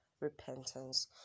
Repentance